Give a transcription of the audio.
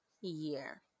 year